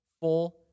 full